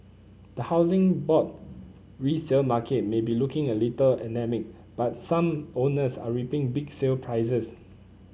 the Housing Board resale market may be looking a little but some owners are reaping big sale prices